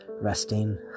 resting